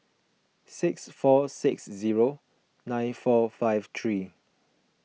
six four six zero nine four five three